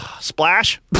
Splash